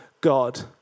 God